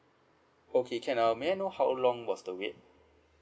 okay can um may I know how long was the wait